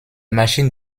machines